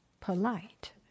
polite